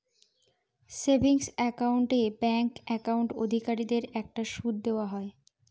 savings account এ bank account অধিকারীদের একটা সুদ দেওয়া হয়